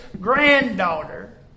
granddaughter